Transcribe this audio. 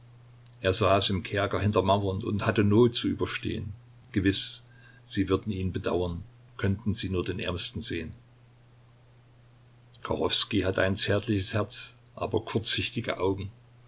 er saß im kerker hinter mauern und hatte not zu überstehn gewiß sie würden ihn bedauern könnten sie nur den ärmsten sehn kachowskij hatte ein zärtliches herz aber kurzsichtige augen